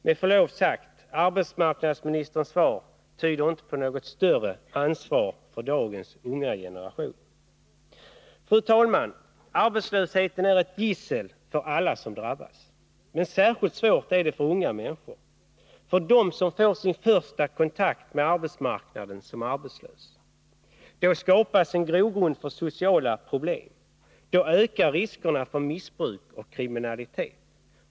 Med förlov sagt: Arbetsmarknadsministerns svar tyder inte på något större ansvar för dagens unga generation. Fru talman! Arbetslösheten är ett gissel för alla som drabbas. Men särskilt svårt är det för unga människor. För dem som får sin första kontakt med arbetsmarknaden som arbetslösa. Då skapas en grogrund för sociala problem. Då ökar riskerna för missbruk och kriminalitet.